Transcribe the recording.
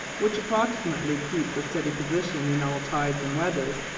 which approximately keeps a steady position in all tides and weathers,